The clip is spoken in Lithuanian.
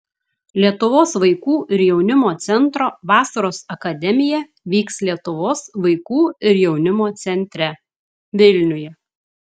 lietuvos vaikų ir jaunimo centro vasaros akademija vyks lietuvos vaikų ir jaunimo centre vilniuje